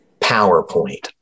PowerPoint